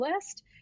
list